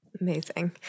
Amazing